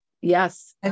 Yes